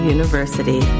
University